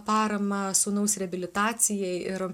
paramą sūnaus reabilitacijai ir